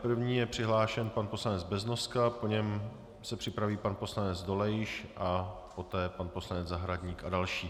První je přihlášen pan poslanec Beznoska, po něm se připraví pan poslanec Dolejš a poté pan poslanec Zahradník a další.